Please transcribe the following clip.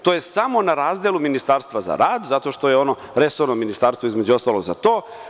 To je samo na razdelu Ministarstva za rad zato što je ono resorno ministarstvo između ostalog za to.